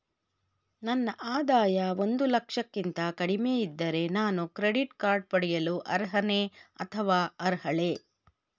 ನನ್ನ ಆದಾಯ ಒಂದು ಲಕ್ಷಕ್ಕಿಂತ ಕಡಿಮೆ ಇದ್ದರೆ ನಾನು ಕ್ರೆಡಿಟ್ ಕಾರ್ಡ್ ಪಡೆಯಲು ಅರ್ಹನೇ ಅಥವಾ ಅರ್ಹಳೆ?